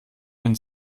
den